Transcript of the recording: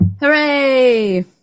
Hooray